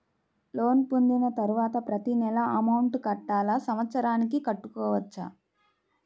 Loan పొందిన తరువాత ప్రతి నెల అమౌంట్ కట్టాలా? సంవత్సరానికి కట్టుకోవచ్చా?